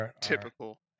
Typical